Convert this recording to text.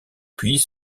puis